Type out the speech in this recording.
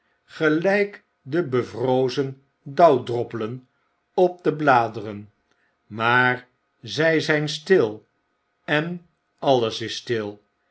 gelyk de bevrozen dauwdroppelen op de bladeren maar zy zyn stil en alles is stil